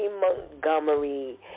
Montgomery